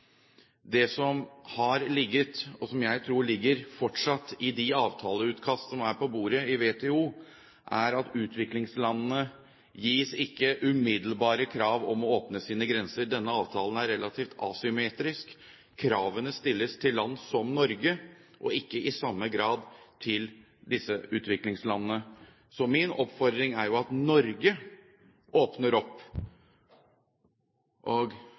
Det som har ligget, og som jeg tror fortsatt ligger, i de avtaleutkast som er på bordet i WTO, er at utviklingslandene ikke gis umiddelbare krav om å åpne sine grenser. Denne avtalen er relativt asymmetrisk. Kravene stilles til land som Norge, og ikke i samme grad til disse utviklingslandene. Så min oppfordring er at Norge åpner opp.